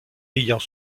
ayant